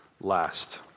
last